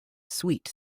sweet